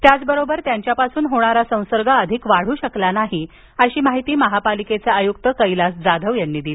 त्याचबरोबर त्यांच्यापासून होणारा संसर्ग अधिक वाढू शकला नाही अशी माहिती महापालिकेचे आयुक्त कैलास जाधव यांनी दिली